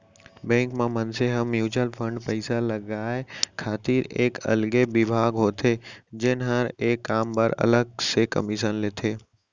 bank म मनसे ह म्युचुअल फंड पइसा लगाय खातिर एक अलगे बिभाग होथे जेन हर ए काम बर अलग से कमीसन लेथे